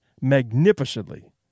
magnificently